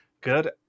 Good